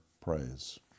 praise